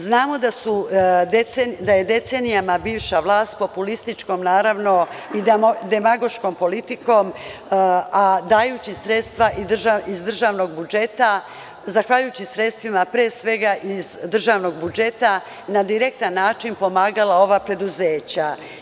Znamo da je decenijama bivša vlast po populističkoj i demagoškoj politici, a dajući sredstva iz državnog budžeta, zahvaljujući sredstvima pre svega iz državnog budžeta na direktan način pomagala ova preduzeća.